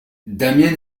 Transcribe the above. damiens